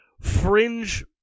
fringe